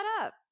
up